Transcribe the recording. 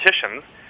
politicians